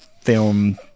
film